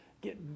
get